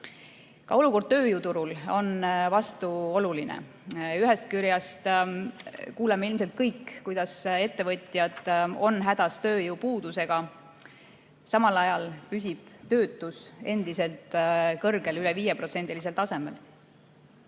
Ka olukord tööjõuturul on vastuoluline. Ühest küljest kuuleme ilmselt kõik, kuidas ettevõtjad on hädas tööjõupuudusega. Samal ajal püsib töötus endiselt kõrgel, üle 5% tasemel.